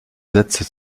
sätze